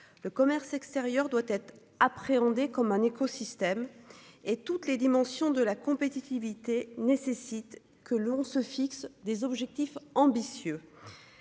le commerce extérieur doit être appréhendée comme un écosystème. Et toutes les dimensions de la compétitivité nécessite que l'on se fixe des objectifs ambitieux.